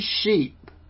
sheep